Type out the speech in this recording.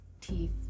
teeth